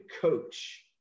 coach –